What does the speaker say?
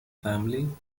family